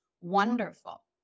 wonderful